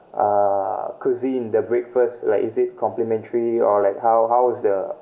uh cuisine the breakfast like is it complementary or like how how's the